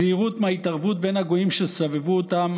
הזהירות מההתערבות בין הגויים שסבבו אותם